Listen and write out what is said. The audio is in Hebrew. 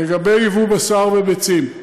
לגבי יבוא בשר וביצים,